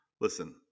Listen